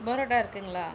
பரோட்டா இருக்குங்களா